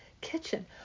kitchen